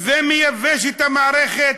ומייבש את המערכת,